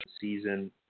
season